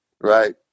right